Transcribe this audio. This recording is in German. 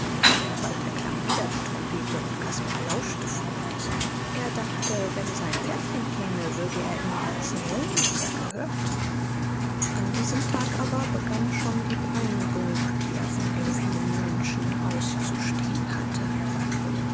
bald erklang wieder die trompete und caspar lauschte freudig er dachte wenn sein pferdchen käme würde er ihm erzählen was er gehört an diesem tag aber begann schon die peinigung die er von den vielen menschen auszustehen hatte